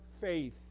faith